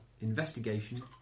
investigation